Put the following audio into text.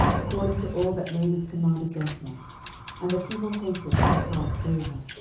according to all that moses commanded joshua and the people hasted and passed over.